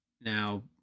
now